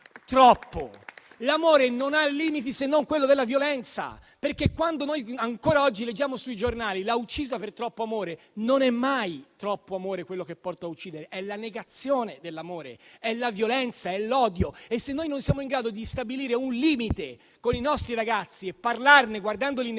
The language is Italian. L'amore non ha limiti se non quello della violenza. Ancora oggi leggiamo sui giornali di una donna "uccisa per troppo amore", ma non è mai troppo amore quello che porta a uccidere, bensì è la negazione dell'amore, è la violenza, è l'odio. E, se noi non siamo in grado di stabilire un limite con i nostri ragazzi parlando con